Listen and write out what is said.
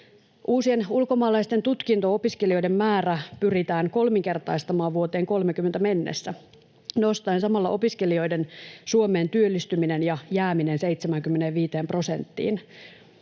Uusien ulkomaalaisten tutkinto-opiskelijoiden määrä pyritään kolminkertaistamaan vuoteen 30 mennessä nostaen samalla opiskelijoiden Suomeen työllistyminen ja jääminen 75 prosenttiin.